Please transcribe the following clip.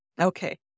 Okay